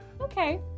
Okay